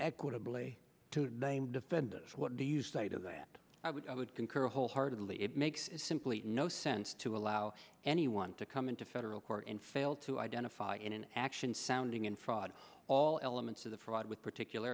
equitably to name defendants what do you say to that i would i would concur wholeheartedly it makes simply no sense to allow anyone to come into federal court and failed to identify in an action sounding in fraud all elements of the fraud with